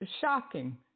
shocking